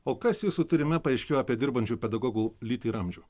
o kas jūsų tyrime paaiškėjo apie dirbančių pedagogų lytį ir amžių